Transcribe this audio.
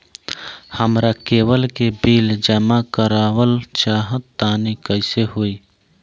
हमरा केबल के बिल जमा करावल चहा तनि कइसे होई?